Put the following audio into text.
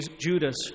Judas